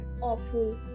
awful